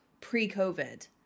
pre-COVID